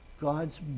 God's